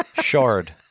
Shard